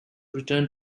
return